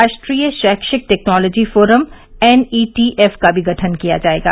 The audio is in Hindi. राष्ट्रीय शैक्षिक टेक्नोलॉजी फोरम एन ईटीएफ का भी गठन किया जाएगा